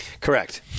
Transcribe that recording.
Correct